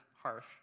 harsh